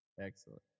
Excellent